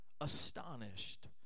astonished